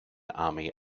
army